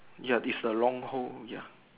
ya it's the wrong hole ya